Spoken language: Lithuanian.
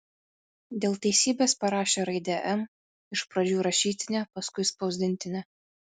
dėl teisybės parašė raidę m iš pradžių rašytinę paskui spausdintinę